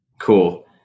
Cool